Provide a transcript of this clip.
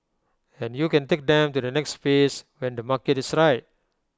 and you can take them to the next phase when the market is right